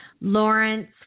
Lawrence